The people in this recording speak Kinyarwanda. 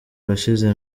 urashize